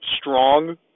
strong